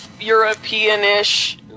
European-ish